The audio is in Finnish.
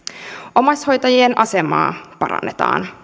omaishoitajien asemaa parannetaan